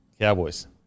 Cowboys